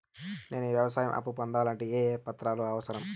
నేను వ్యవసాయం అప్పు పొందాలంటే ఏ ఏ పత్రాలు అవసరం?